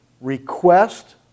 request